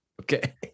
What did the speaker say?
Okay